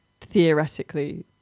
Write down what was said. theoretically